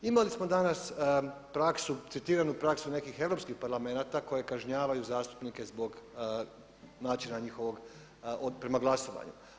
Imali smo danas praksu, citiranu praksu nekih europskih parlamenata koji kažnjavaju zastupnike zbog načina njihovog prema glasovanju.